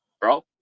bro